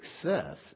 success